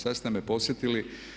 Sad ste me podsjetili.